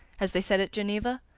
as they said at geneva?